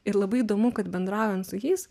ir labai įdomu kad bendraujant su jais